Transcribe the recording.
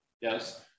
Yes